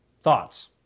Thoughts